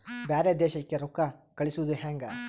ಬ್ಯಾರೆ ದೇಶಕ್ಕೆ ರೊಕ್ಕ ಕಳಿಸುವುದು ಹ್ಯಾಂಗ?